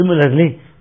Similarly